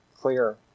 clear